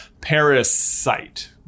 Parasite